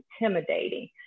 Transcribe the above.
intimidating